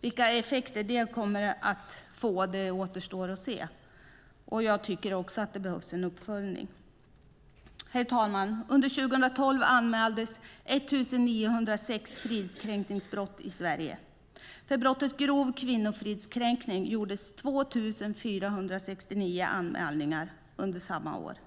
Vilka effekter det kommer att få återstår att se. Jag tycker att det behövs en uppföljning. Herr talman! Under 2012 anmäldes 1 906 fridskränkningsbrott i Sverige. För brottet grov kvinnofridskränkning gjordes 2 469 anmälningar under samma år.